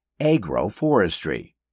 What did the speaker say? Agroforestry